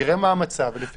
תראה מה המצב ולפי זה תחליט.